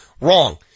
Wrong